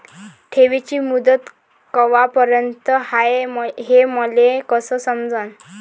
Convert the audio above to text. ठेवीची मुदत कवापर्यंत हाय हे मले कस समजन?